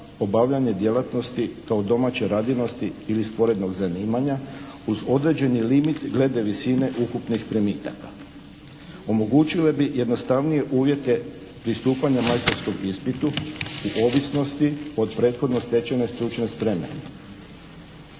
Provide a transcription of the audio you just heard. obavljanje djelatnosti kao domaće radinosti ili sporednog zanimanja uz određeni limit glede visine ukupnih primitaka. Omogućile bi jednostavnije uvjete pristupanja majstorskom ispitu u ovisnosti od prethodno stečene stručne spreme.